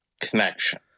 connection